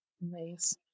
Nice